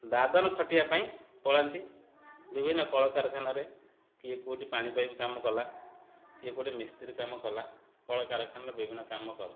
ଦାଦନ ଖଟିବା ପାଇଁ ପଳାନ୍ତି ବିଭିନ୍ନ କଳକାରଖାନାରେ କିଏ କେଉଁଠି ପାଣି ପାଇପ୍ କାମ କଲା କିଏ କେଉଁଠି ମିସ୍ତ୍ରୀ କାମ କଲା କଳକାରଖାନାରେ ବିଭିନ୍ନ କାମ କରନ୍ତି